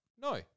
no